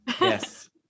Yes